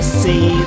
see